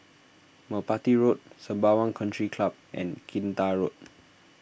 Merpati Road Sembawang Country Club and Kinta Road